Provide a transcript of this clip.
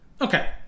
okay